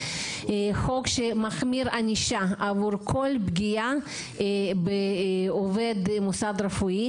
חוק שמחמיר ענישה עבור כל פגיעה בעובד במוסד רפואי,